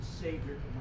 Savior